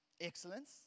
excellence